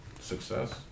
success